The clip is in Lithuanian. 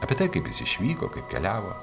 apie tai kaip jis išvyko kaip keliavo